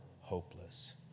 hopeless